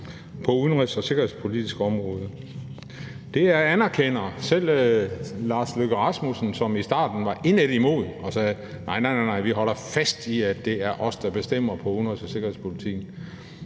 det udenrigs- og sikkerhedspolitiske område. Det anerkender selv Lars Løkke Rasmussen, som i starten var indædt imod og sagde: Nej, nej, vi holder fast i, at det er os, der bestemmer på det udenrigs- og sikkerhedspolitiske